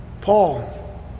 Paul